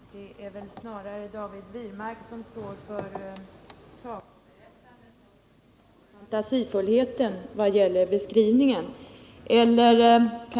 Herr talman! Det är väl snarare David Wirmark som står för sagoberättandet och fantasifullheten i vad gäller beskrivningen av Världsbanken.